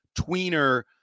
tweener –